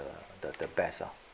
the the best lah